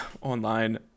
online